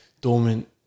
dormant